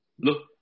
look